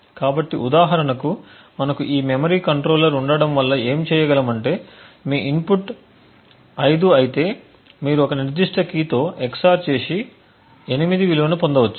కాబట్టి ఉదాహరణకు మనకు ఈ మెమరీ కంట్రోలర్ ఉండటం వల్ల ఏమి చేయగలమంటే మీ ఇన్పుట్ 5 అయితే మీరు ఒక నిర్దిష్ట కీతో EX OR చేసి 8 విలువను పొందవచ్చు